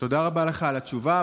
תודה רבה לך על התשובה,